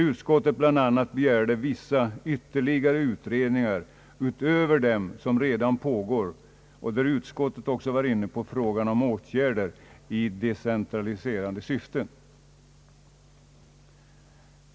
Utskottet begärde bl.a. vissa utredningen utöver dem som redan pågår, och utskottet var även inne på frågan om åtgärder i decentraliserande syfte.